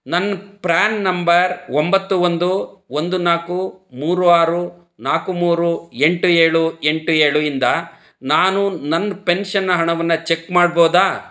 ನನ್ನ PRAN number ಒಂಬತ್ತು ಒಂದು ಒಂದು ನಾಲ್ಕು ಮೂರು ಆರು ನಾಲ್ಕು ಮೂರು ಎಂಟು ಏಳು ಎಂಟು ಏಳು ಇಂದ ನಾನು ನನ್ನ ಪೆನ್ಷನ್ ಹಣವನ್ನು ಚೆಕ್ ಮಾಡ್ಬೋದಾ